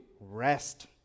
Rest